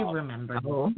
remember